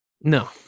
No